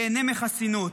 ייהנה מחסינות.